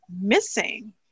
missing